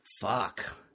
fuck